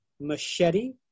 Machete